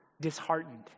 disheartened